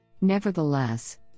Nevertheless